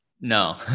No